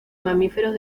mamíferos